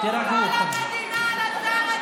תירגעו בבקשה, תירגעו.